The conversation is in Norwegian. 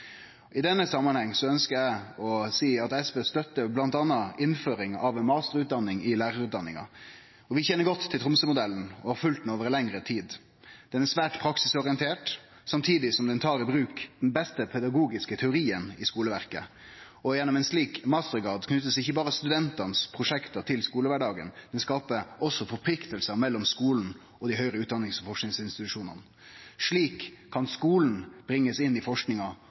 I denne samanhengen ønskjer eg å seie at SV støttar bl.a. innføring av ei mastergradsutdanning i lærarutdanninga. Vi kjenner godt til Tromsø-modellen og har følgt han over lengre tid. Modellen er svært praksisorientert, samtidig som han tar i bruk den beste pedagogiske teorien i skuleverket, og gjennom ein slik mastergrad blir ikkje berre studentane sine prosjekt knytte til skulekvardagen, men det blir skapt forpliktingar mellom skulen og dei høgare utdannings- og forskingsinstitusjonane. Slik kan skulen bringast inn i forskinga